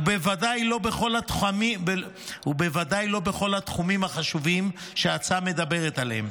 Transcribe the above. ובוודאי לא בכל התחומים החשובים שההצעה מדברת עליהם.